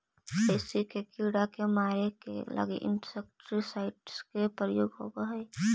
कृषि के कीड़ा के मारे के लगी इंसेक्टिसाइट्स् के प्रयोग होवऽ हई